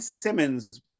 Simmons